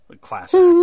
Classic